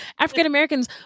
African-Americans